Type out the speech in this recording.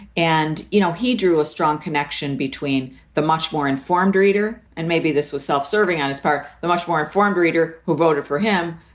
and, you know, he drew a strong connection between the much more informed reader. and maybe this was self-serving on his part, the much more informed reader who voted for him,